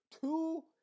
two